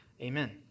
Amen